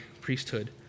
priesthood